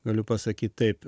galiu pasakyt taip